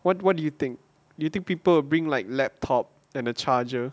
what what do you think do you think people bring like laptop and a charger